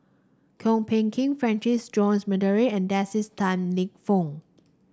Kwok Peng Kin Francis Jose D'Almeida and Dennis Tan Lip Fong